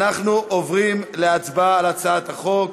אנחנו עוברים להצבעה על הצעת החוק.